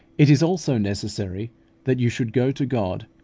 it is also necessary that you should go to god,